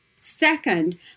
Second